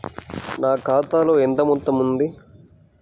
నా ఖాతాలో ఎంత మొత్తం ఉంది?